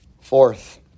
Fourth